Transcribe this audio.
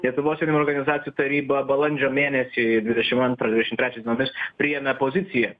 lietuvos jaunimo organizacijų taryba balandžio mėnesį dvidešimt antrą dvidešimt trečią dienomis priėmė poziciją